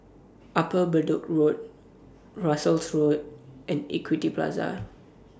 Upper Bedok Road Russels Road and Equity Plaza